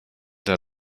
der